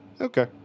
okay